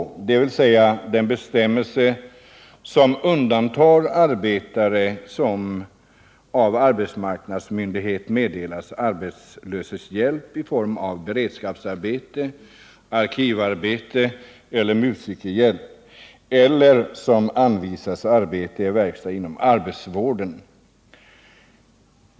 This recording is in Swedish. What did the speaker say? Punkten innehåller en bestämmelse som undantar arbetare som av arbetsmarknadsmyndighet meddelats arbetslöshetshjälp i form av beredskapsarbete, arkivarbete eller musikerhjälp eller som anvisats arbete i verkstad inom arbetsvården.